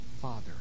father